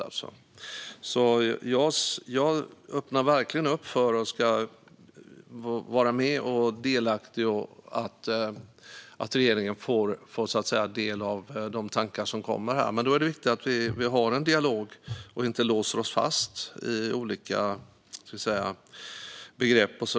Jag öppnar verkligen för, och vill vara delaktig i, att regeringen får del av de tankar som kommer fram här. Men det är viktigt att vi har en dialog och inte låser oss fast i olika begrepp.